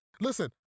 Listen